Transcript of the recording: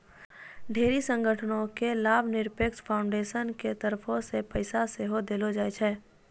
ढेरी संगठनो के लाभनिरपेक्ष फाउन्डेसन के तरफो से पैसा सेहो देलो जाय छै